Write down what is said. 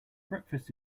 breakfast